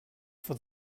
for